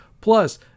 Plus